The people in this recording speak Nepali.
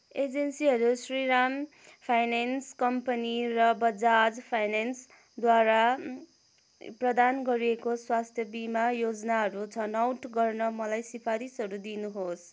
एजेन्सीहरू श्री राम फाइनेन्स कम्पनी र बजाज फाइनेन्सद्वारा प्रदान गरिएको स्वास्थ्य बिमा योजनाहरू छनौट गर्न मलाई सिफारिसहरू दिनुहोस्